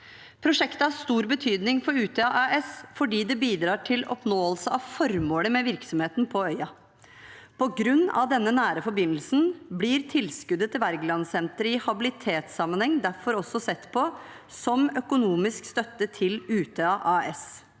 Prosjektet har stor betydning for Utøya AS fordi det bidrar til oppnåelse av formålet med virksomheten på øya. På grunn av denne nære forbindelsen blir tilskuddet til Wergelandsenteret i habilitetssammenheng derfor også sett på som økonomisk støtte til Utøya AS.